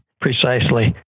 Precisely